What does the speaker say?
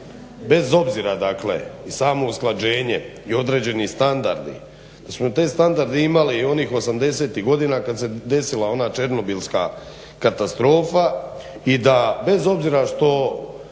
bez obzira dakle i samo usklađenoj i određeni standardi, da smo na te standarde imali i onih 80-tih godina kad se desila ona černobilska katastrofa i da bez obzira što